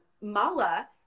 mala